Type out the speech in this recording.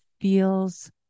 feels